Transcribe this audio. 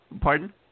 Pardon